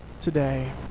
today